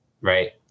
Right